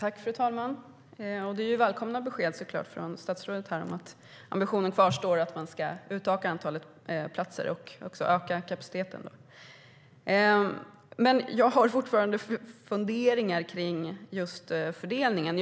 Fru talman! Det är såklart ett välkommet besked från statsrådet att ambitionen kvarstår att man ska öka antalet platser och öka kapaciteten. Men jag har fortfarande funderingar kring fördelningen.